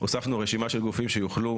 רשימה של גופים שיוכלו